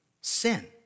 sin